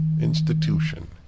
institution